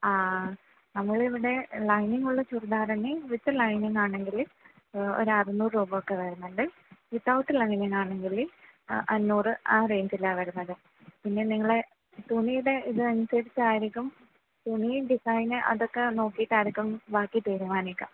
ആ നമ്മളിവിടെ ലൈനിങ്ങുള്ള ചുരിദാർ തന്നെ വിത്ത് ലൈനിംഗ് ആണെങ്കിൽ ഒരു അറുന്നൂറ് രൂപയൊക്കെ വരുന്നുണ്ട് വിത്തൗട്ട് ലൈനിംഗ് ആണെങ്കിൽ അഞ്ഞൂറ് ആ റേഞ്ചിലാണ് വരുന്നത് പിന്നെ നിങ്ങളുടെ തുണിയുടെ ഇത് അനുസരിച്ച് ആയിരിക്കും തുണി ഡിസൈൻ അതൊക്കെ നോക്കിയിട്ടായിരിക്കും ബാക്കി തീരുമാനിക്കുക